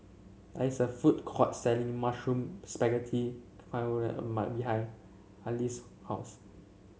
there is a food court selling Mushroom Spaghetti behind Ali's house